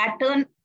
pattern